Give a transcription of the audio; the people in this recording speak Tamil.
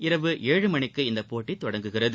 இரவு ஏழு மணிக்கு இப்போட்டி தொடங்குகிறது